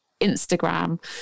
Instagram